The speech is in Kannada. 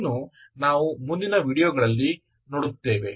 ಅದನ್ನು ನಾವು ಮುಂದಿನ ವೀಡಿಯೋಗಳಲ್ಲಿ ನೋಡುತ್ತೇವೆ